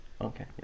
okay